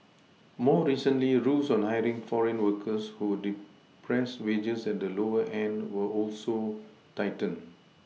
more recently rules on hiring foreign workers who depress wages at the lower end were also tightened